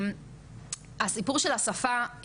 הסיפור של השפה,